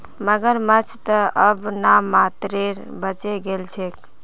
मगरमच्छ त अब नाम मात्रेर बचे गेल छ